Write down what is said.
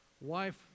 wife